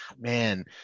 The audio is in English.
Man